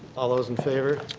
all those in favor?